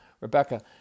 Rebecca